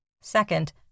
Second